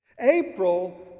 April